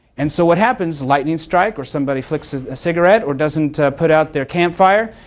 and so what happens, lightning strikes, or somebody flips a cigarette, or doesn't put out their campfire,